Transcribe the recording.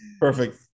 Perfect